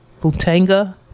Butanga